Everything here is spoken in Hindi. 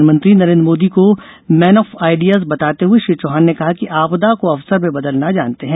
प्रधानमंत्री नरेंद्र मोदी को मैन ऑफ आइडियाज बताते हुए श्री चौहान ने कहा कि वे आपदा को अवसर में बदलना जानते हैं